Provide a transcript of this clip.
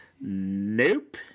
Nope